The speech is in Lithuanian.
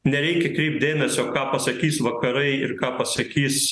nereikia kreipt dėmesio ką pasakys vakarai ir ką pasakys